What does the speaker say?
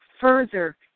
further